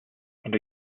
and